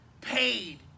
paid